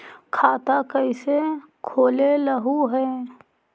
खाता कैसे खोलैलहू हे?